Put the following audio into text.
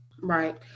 Right